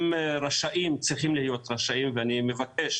אני מבקש